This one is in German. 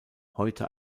heute